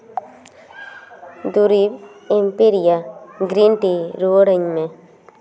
ᱫᱩᱨᱤᱵᱽ ᱮᱢᱯᱮᱨᱤᱭᱟ green tea ᱨᱩᱣᱟᱹᱲᱟᱹᱧ ᱢᱮ